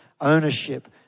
ownership